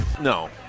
No